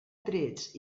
trets